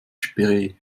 spree